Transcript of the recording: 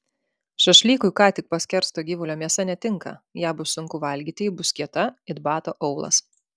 šašlykui ką tik paskersto gyvulio mėsa netinka ją bus sunku valgyti ji bus kieta it bato aulas